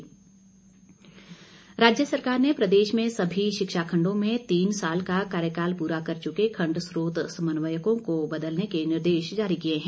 समन्वयक राज्य सरकार ने प्रदेश में सभी शिक्षा खंडों में तीन साल का कार्यकाल पूरा कर चुके खंड स्रोत समन्वयकों को बदलने के निर्देश जारी किए हैं